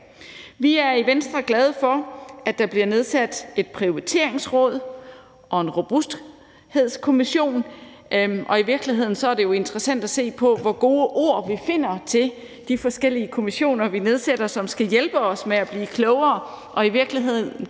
Vi er i Venstre glade for, at der er nedsat et prioriteringsråd og en Robusthedskommission, og i virkeligheden er det jo interessant at se på, hvor gode ord vi finder til de forskellige kommissioner, vi nedsætter, som skal hjælpe os med at blive klogere og i virkeligheden